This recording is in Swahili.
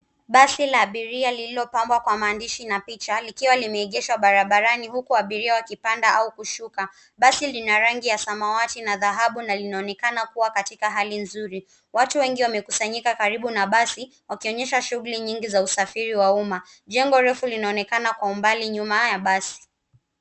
Basi la abiria lililopambwa kwa maandishi na picha likiwa limeegeshwa barabarani huku abiria wakipanda au kushuka. Basi lina rangi ya samawati na dhahabu na linaonekana kuwa katika hali nzuri. Watu wengi wamekusanyika karibu na basi wakionyesha shughuli nyingi za usafiri wa umma. Jengo refu linaonekana kwa umbali nyuma ya basi.